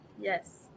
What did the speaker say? Yes